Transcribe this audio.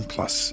Plus